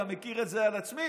אני מכיר את זה על עצמי,